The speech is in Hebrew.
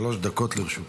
שלוש דקות לרשותך.